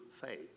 faith